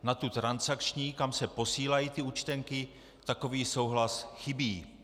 Na tu transakční, kam se posílají ty účtenky, takový souhlas chybí.